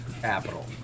capital